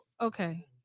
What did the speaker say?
okay